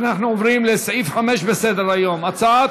אנחנו עוברים לסעיף 5 בסדר-היום: הצעת